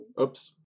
Oops